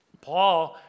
Paul